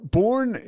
born